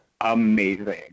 amazing